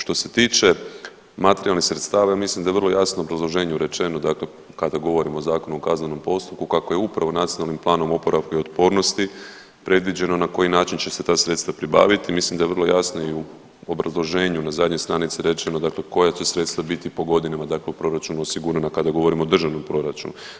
Što se tiče materijalnih sredstava ja mislim da je vrlo jasno u obrazloženju rečeno, dakle kada govorimo o Zakonu o kaznenom postupku kako je upravo Nacionalnom planom oporavka i otpornosti predviđeno na koji način će se ta sredstva pribaviti mislim da je vrlo jasno i u obrazloženju na zadnjoj stranici rečeno dakle koja će sredstva biti po godinama dakle u proračunu osigurana kada govorimo o državom proračunu.